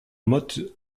motte